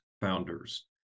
founders